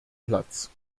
platz